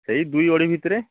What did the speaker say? ସେଇ ଦୁଇ ଅଢ଼େଇ ଭିତରେ